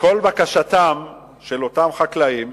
כל בקשתם של אותם חקלאים